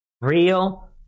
real